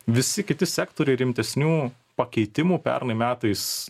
visi kiti sektoriai rimtesnių pakeitimų pernai metais